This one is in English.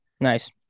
nice